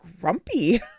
grumpy